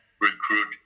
recruit